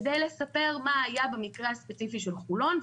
כדי לספר מה היה במקרה הספציפי של חולון,